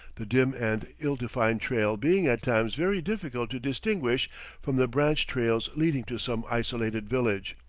the dim and ill-defined trail being at times very difficult to distinguish from the branch trails leading to some isolated village.